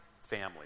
family